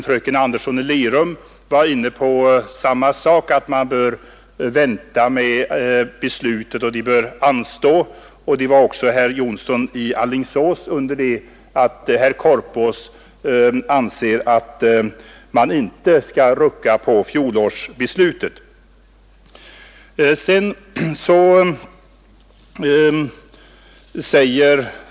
Fröken Andersson i Lerum ansåg att genomförandet av beslutet borde anstå, vilket även var fallet med herr Jonsson i Alingsås, under det att herr Korpås ansåg att man inte skulle rucka på fjolårsbeslutet.